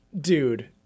dude